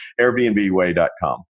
airbnbway.com